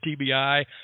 TBI